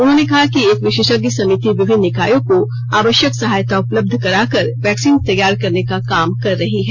उन्होंने कहा कि एक विशेषज्ञ समिति विभिन्न निकायों को आवश्यक सहायता उपलब्ध कराकर वैक्सीन तैयार करने का काम कर रही है